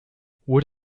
wood